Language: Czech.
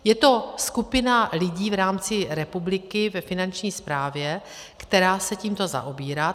Je to skupina lidí v rámci republiky ve Finanční správě, která se tímto zaobírá.